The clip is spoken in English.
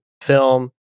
film